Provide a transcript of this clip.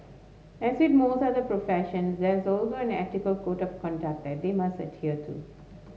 as with most other profession there is also an ethical code of conduct that they must adhere to